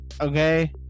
Okay